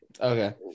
Okay